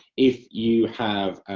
if you have